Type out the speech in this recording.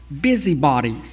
busybodies